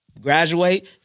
graduate